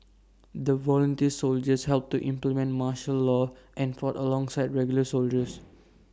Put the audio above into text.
the volunteer soldiers helped to implement martial law and fought alongside regular soldiers